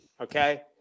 okay